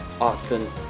Austin